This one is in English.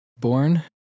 born